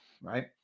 Right